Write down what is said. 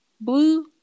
Blue